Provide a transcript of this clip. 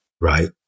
right